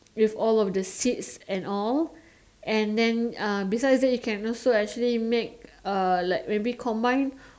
with all of the seats and all and then uh besides that you can also actually make uh like maybe combine